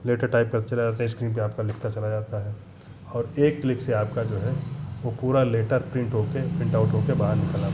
letter type करते चले जाते हैं स्क्रीन पे आपका लिखता चला जाता है और एक क्लिक से आपका जो है वो पूरा लेटर प्रिन्ट होके प्रिन्टआउट होके बाहर निकल आता है